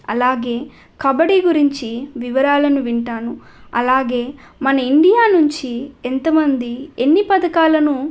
అలాగే కబడీ గురించి వివరాలను వింటాను అలాగే మన ఇండియా నుంచి ఎంతమంది ఎన్ని పథకాలను